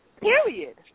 period